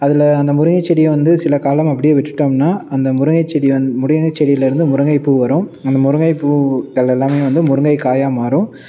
அதில் அந்த முருங்கை செடியை வந்து சில காலம் அப்படியே விட்டுட்டோம்ன்னா அந்த முருங்கை செடி வந் முருங்கை செடியில் இருந்து முருங்கை பூ வரும் அந்த முருங்கை பூக்கள் எல்லாம் வந்து முருங்கை காயாக மாறும்